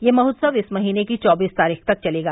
यह महोत्सव इस महीने की चौबीस तारीख तक चलेगा